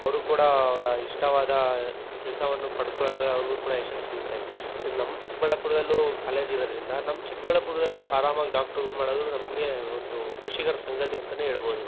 ಅವರು ಕೂಡ ಅವರ ಇಷ್ಟವಾದ ಕೆಲಸವನ್ನು ಪಡ್ಕೊಳ್ಳೊದ್ರಲ್ಲಿ ಅವ್ರಿಗು ಕೂಡ ಯಶಸ್ಸು ಸಿಗುತ್ತೆ ಈಗ ನಮ್ಮ ಚಿಕ್ಕಬಳ್ಳಾಪುರದಲ್ಲೂ ಕಾಲೇಜ್ ಇರೋದರಿಂದ ನಮ್ಮ ಚಿಕ್ಕಬಳ್ಳಾಪುರದಲ್ಲೂ ಆರಾಮಾಗ್ ಡಾಕ್ಟ್ರ್ಗಳ್ ಮಾಡೋದು ನಮಗೆ ಒಂದು ಖುಷಿಕರ ಸಂಗತಿ ಅಂತ ಹೇಳ್ಬೋದು